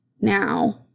Now